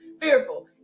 fearful